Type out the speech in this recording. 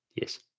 Yes